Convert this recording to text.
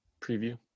preview